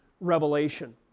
revelation